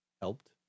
helped